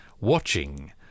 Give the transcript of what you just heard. watching